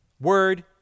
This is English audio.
word